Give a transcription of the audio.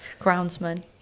groundsman